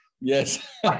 Yes